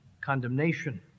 condemnation